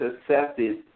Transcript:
accepted